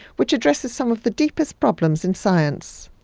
which addresses some of the deepest problems in science.